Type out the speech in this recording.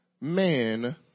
man